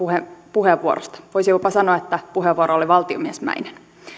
puheenvuorosta voisi jopa sanoa että puheenvuoro oli valtiomiesmäinen